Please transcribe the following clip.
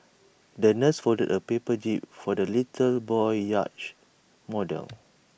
the nurse folded A paper jib for the little boy's yacht model